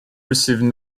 received